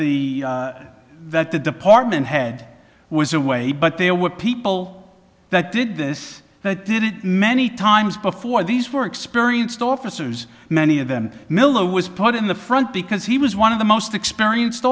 the that the department head was away but there were people that did this but did it many times before these were experienced officers many of them miller was put in the front because he was one of the most experienced